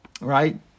right